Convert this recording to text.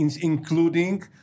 including